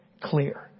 clear